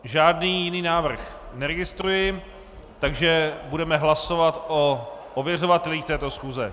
Žádný jiný návrh neregistruji, takže budeme hlasovat o ověřovatelích této schůze.